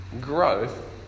growth